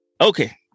Okay